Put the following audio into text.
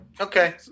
Okay